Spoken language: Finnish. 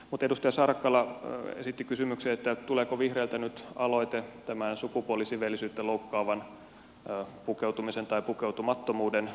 mutta edustaja saarakkala esitti kysymyksen tuleeko vihreiltä nyt aloite tämän sukupuolisiveellisyyttä loukkaavan pukeutumisen tai pukeutumattomuuden sallimisesta